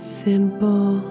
simple